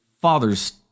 father's